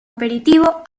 aperitivo